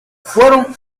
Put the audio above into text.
fueron